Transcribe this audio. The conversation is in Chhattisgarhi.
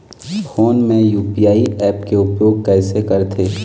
फोन मे यू.पी.आई ऐप के उपयोग कइसे करथे?